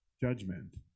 judgment